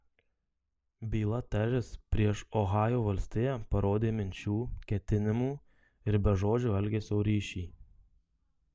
byla teris prieš ohajo valstiją parodė minčių ketinimų ir bežodžio elgesio ryšį